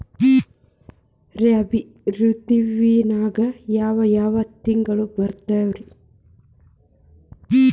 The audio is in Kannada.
ರಾಬಿ ಋತುವಿನಾಗ ಯಾವ್ ಯಾವ್ ತಿಂಗಳು ಬರ್ತಾವ್ ರೇ?